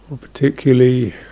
Particularly